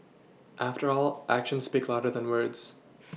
after all actions speak louder than words